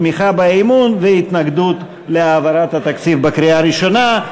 תמיכה באי-אמון והתנגדות להעברת התקציב בקריאה הראשונה.